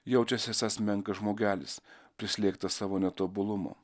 jaučiasi esąs menkas žmogelis prislėgtas savo netobulumo